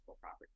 property